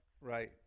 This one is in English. Right